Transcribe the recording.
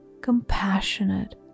compassionate